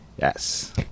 yes